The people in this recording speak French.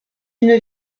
une